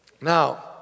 Now